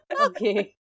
Okay